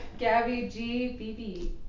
GabbyGBB